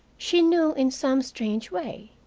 she knew, in some strange way.